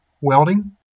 welding